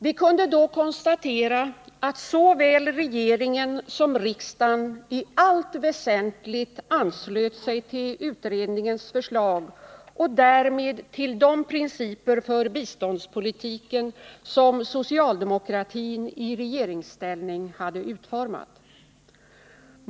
Vi kunde då konstatera att såväl regeringen som riksdagen i allt väsentligt anslöt sig till utredningens förslag och därmed till de principer för biståndspolitiken som socialdemokratin i regeringsställning utformade.